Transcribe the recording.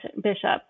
bishop